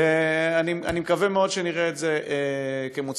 ואני מקווה מאוד שנראה את זה כמוצלח.